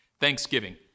Thanksgiving